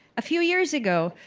a few years ago,